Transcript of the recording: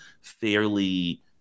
fairly